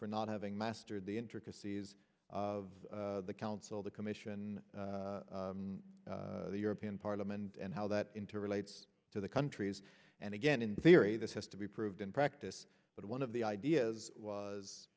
for not having mastered the intricacies of the council the commission the european parliament and how that into relates to the countries and again in theory this has to be proved in practice but one of the ideas